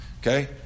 Okay